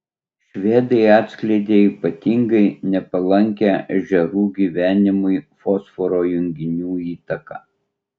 švedai atskleidė ypatingai nepalankią ežerų gyvenimui fosforo junginių įtaką